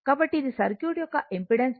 కాబట్టి ఇది సర్క్యూట్ యొక్క ఇంపెడెన్స్